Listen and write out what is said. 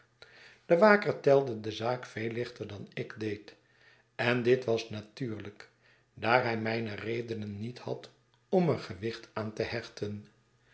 de waker telde de zaak veel lichter dan ik deed en dit was natuurlijk daar hij mijne redenen niet had om er gewicht aan te hechten